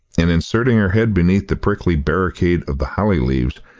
and inserting her head beneath the prickly barricade of the holly leaves,